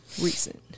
recent